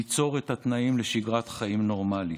ליצור את התנאים לשגרת חיים נורמלית.